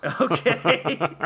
Okay